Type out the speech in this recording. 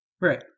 right